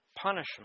punishment